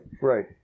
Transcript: Right